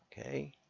Okay